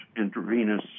intravenous